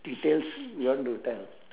details you want to tell